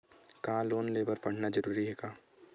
का लोन ले बर पढ़ना जरूरी हे का?